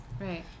Right